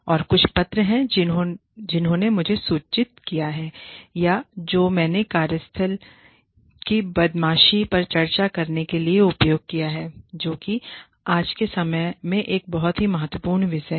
और कुछ पत्र हैं जिन्होंने मुझे सूचित किया है या जो मैंने कार्यस्थल की बदमाशी पर चर्चा करने के लिए उपयोग किया है जो कि आज के समय में एक बहुत ही महत्वपूर्ण विषय है